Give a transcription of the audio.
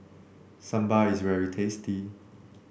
Sambar is very tasty